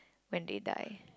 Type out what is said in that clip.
when they die